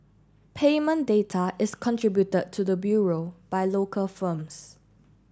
payment data is contributed to the Bureau by local firms